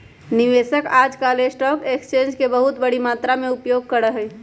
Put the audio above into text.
निवेशक आजकल stock exchange के बहुत बडी मात्रा में उपयोग करा हई